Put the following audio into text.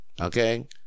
okay